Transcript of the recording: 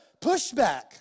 pushback